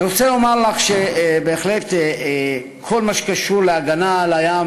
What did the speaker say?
אני רוצה לומר לך שכל מה שקשור להגנה על הים,